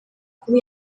kuba